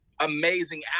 amazing